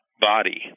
body